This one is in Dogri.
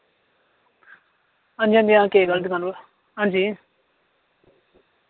हांजी हांजी हां केक आह्ली दुकान परा हांजी